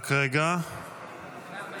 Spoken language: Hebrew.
כעת נצביע על הסתייגות